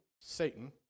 Satan